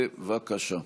בבקשה.